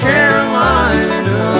Carolina